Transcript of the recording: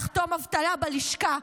לחתום אבטלה בלשכה,